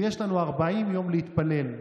ויש לנו 40 יום להתפלל: